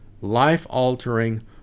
life-altering